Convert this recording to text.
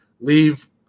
leave